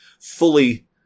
fully